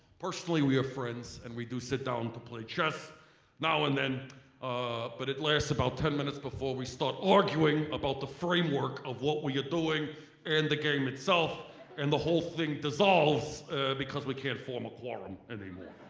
personally we are friends and we do sit down to play chess now and then but it lasts about ten minutes before we start arguing about the framework of what we are doing and the game itself and the whole thing dissolves because we can't form a quorum anymore.